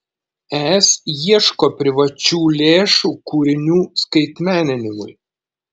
es ieško privačių lėšų kūrinių skaitmeninimui